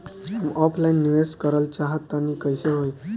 हम ऑफलाइन निवेस करलऽ चाह तनि कइसे होई?